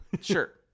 sure